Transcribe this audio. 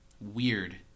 weird